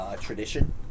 tradition